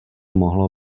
mohlo